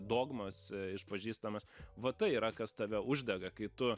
dogmas išpažįstamas va tai yra kas tave uždega kai tu